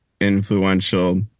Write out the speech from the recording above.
influential